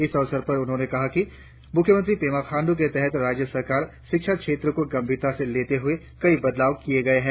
इस अवसर पर उन्होंने कहा कि मुख्यमंत्री पेमा खाण्डु के तहत राज्य सरकार शिक्षा क्षेत्र को गंभीरता से लेते हुए कई बदलाव किए गए है